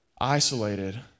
isolated